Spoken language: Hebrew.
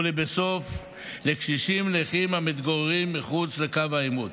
ולבסוף לקשישים ונכים המתגוררים מחוץ לקו העימות.